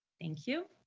thank you.